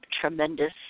tremendous